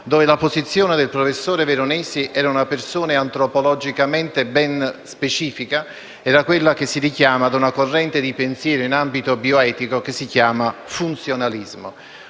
cui la posizione del professor Veronesi era antropologicamente ben specifica e si richiamava ad una corrente di pensiero in ambito bioetico che si chiama «funzionalismo»,